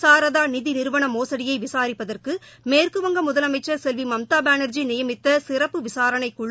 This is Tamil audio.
சாரதா நிதி நிறுவன மோசடியை விசாரிப்பதற்கு மேற்கு வங்க முதலமைச்சர் செல்வி மம்தா பானர்ஜி நியமித்த சிறப்பு விசாரணைக் குழு